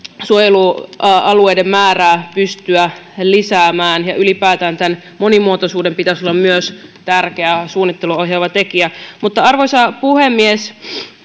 suojelualueiden määrää pystyä lisäämään ja ylipäätään monimuotoisuuden pitäisi olla myös tärkeä suunnittelua ohjaava tekijä arvoisa puhemies